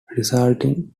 resulting